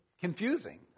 confusing